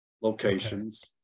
locations